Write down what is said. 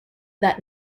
that